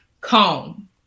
comb